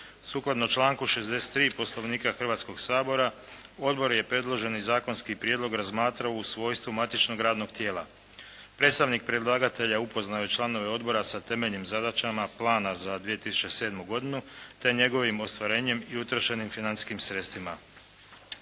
Sukladno članku 63. Poslovnika Hrvatskoga sabora Odbor je predloženi zakonski prijedlog razmatrao u svojstvu matičnog radnog tijela. Predstavnik predlagatelja upoznao je članove Odbora sa temeljnim zadaćama plana za 2007. godinu te njegovim ostvarenjem i utrošenim financijskim sredstvima.